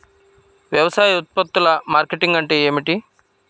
వ్యవసాయ ఉత్పత్తుల మార్కెటింగ్ అంటే ఏమిటి?